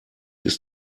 ist